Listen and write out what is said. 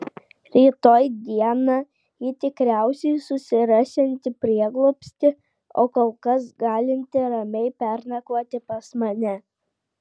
rytoj dieną ji tikriausiai susirasianti prieglobstį o kol kas galinti ramiai pernakvoti pas mane